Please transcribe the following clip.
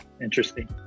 interesting